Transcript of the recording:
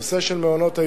הנושא של מעונות-היום